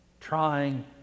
trying